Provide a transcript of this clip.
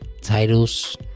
titles